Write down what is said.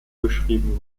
geschrieben